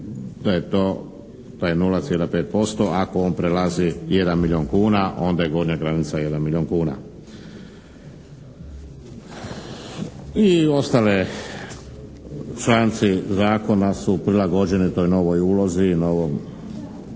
da je 0,5%. Ako on prelazi 1 milijun kuna onda je gornja granica 1 milijun kuna. I ostale članci Zakona su prilagođeni toj novoj ulozi, novom